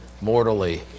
mortally